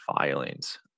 filings